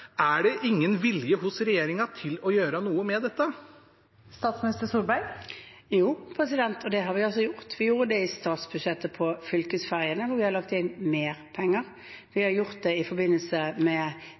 Er det ingen vilje hos regjeringen til å gjøre noe med dette? Jo, og det har vi gjort – vi har gjort det i statsbudsjettet, på fylkesveiene, hvor vi har lagt inn mer penger. Vi